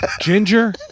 Ginger